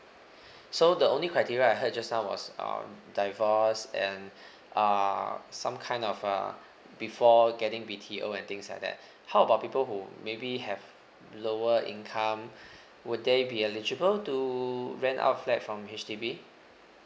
so the only criteria I heard just now was um divorced and uh some kind of uh before getting B_T_O and things like that how about people who maybe have lower income would they be eligible to rent out flat from H_D_B